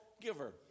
giver